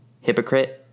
Hypocrite